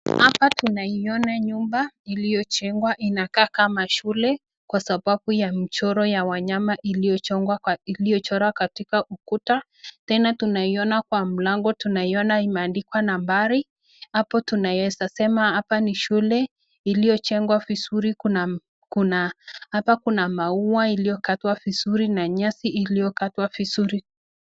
Hapa tunaiona nyumba iliyo jengwa, inakaa kama shule, kwa sababu ya mchoro ya wa nyama iliyo chongwa kwa iliyo chorwa katika ukuta, tena tunaiona kwa mlango tunaiona imeandikwa nambari, hapo tunaeza sema hapa ni shule, iliyo jengwa vizuri kuna, hapa kuna maua iliyo katwa vizuri na nyasi iliyo katwa vizuri.